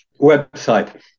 website